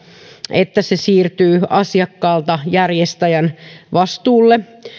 että se siirtyy asiakkaalta järjestäjän vastuulle